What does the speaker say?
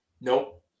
Nope